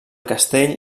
castell